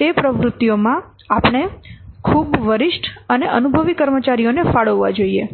તે પ્રવૃત્તિઓમાં આપણે ખૂબ વરિષ્ઠ અને અનુભવી કર્મચારીઓને ફાળવવા જોઈએ